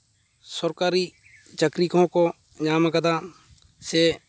ᱥᱚᱨᱠᱟᱨᱤ ᱪᱟᱹᱠᱨᱤ ᱠᱚᱦᱚᱸ ᱠᱚ ᱧᱟᱢ ᱠᱟᱫᱟ ᱥᱮ